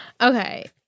Okay